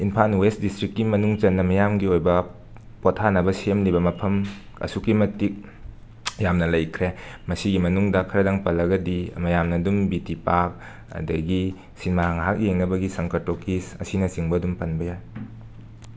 Imphal west ꯗꯤꯁꯇ꯭ꯔꯤꯛꯀꯤ ꯃꯅꯨꯡ ꯆꯟꯅ ꯃꯤꯌꯥꯝꯒꯤ ꯑꯣꯏꯕ ꯄꯣꯠꯊꯥꯅꯕ ꯁꯦꯝꯂꯤꯕ ꯃꯐꯝ ꯑꯁꯨꯛꯀꯤ ꯃꯇꯤꯛ ꯌꯥꯝꯅ ꯂꯩꯈ꯭ꯔꯦ ꯃꯁꯤꯒꯤ ꯃꯅꯨꯡꯗ ꯈꯔꯗꯪ ꯄꯜꯂꯒꯗꯤ ꯃꯌꯥꯝꯅ ꯑꯗꯨꯝ ꯕꯤ ꯇꯤ ꯄꯥꯛ ꯑꯗꯒꯤ ꯁꯤꯟꯃꯥ ꯉꯩꯍꯥꯛ ꯌꯦꯡꯅꯕꯒꯤ ꯁꯪꯀꯔ ꯇꯣꯀꯤꯁ ꯑꯁꯤꯅꯆꯤꯡꯕ ꯑꯗꯨꯝ ꯄꯟꯕ ꯌꯥꯏ